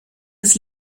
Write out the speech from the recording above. des